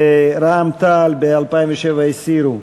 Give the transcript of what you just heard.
רע"ם-תע"ל בעמוד 207, הסירו.